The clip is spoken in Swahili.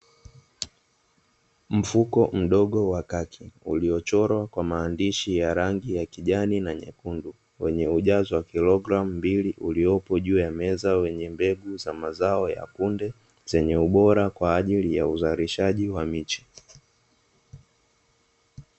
Mfuko mdogo wa kaki, uliochorwa kwa maandishi ya rangi ya kijani na nyekundu, wenye ujazo wa kilogramu mbili uliopo juu ya meza, wenye mbegu za mazao ya kunde, zenye ubora kwa ajili ya uzalishaji wa miche.